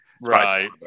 Right